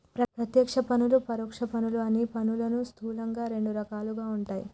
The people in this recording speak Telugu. ప్రత్యక్ష పన్నులు, పరోక్ష పన్నులు అని పన్నులు స్థూలంగా రెండు రకాలుగా ఉంటయ్